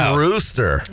rooster